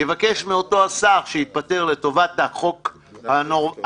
יבקש מאותו השר שיתפטר לטובת החוק "הישראלי",